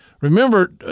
Remember